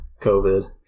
COVID